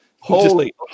Holy